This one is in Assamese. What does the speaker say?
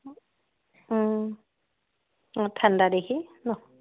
অঁ ঠাণ্ডা দেখি ন